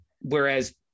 whereas